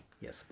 Yes